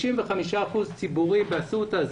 55 אחוזים ציבורי באסותא,